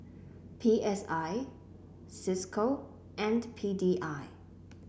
P S I Cisco and P D I